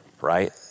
right